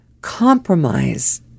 compromise